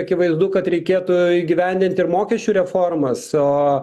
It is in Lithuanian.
akivaizdu kad reikėtų įgyvendinti ir mokesčių reformas o